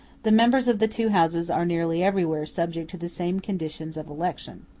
the members of the two houses are nearly everywhere subject to the same conditions of election.